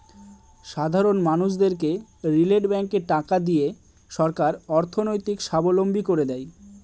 সাধারন মানুষদেরকে রিটেল ব্যাঙ্কে টাকা দিয়ে সরকার অর্থনৈতিক সাবলম্বী করে দেয়